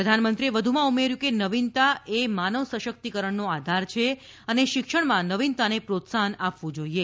પ્રધાનમંત્રીએ વધુમાં ઉમેર્યું કે નવીનતા એ માનવ સશકિતકરણનો આધાર છે અને શિક્ષણમાં નવીનતાને પ્રોત્સાહન આપવું જોઇએ